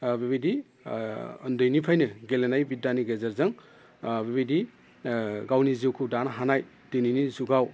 बेबायदि उन्दैनिफ्रायनो गेलेनाय बिद्दानि गेजेरजों बेबायदि गावनि जिउखौ दानो हानाय दिनैनि जुगाव